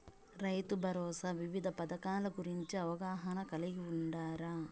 రైతుభరోసా వివిధ పథకాల గురించి అవగాహన కలిగి వుండారా?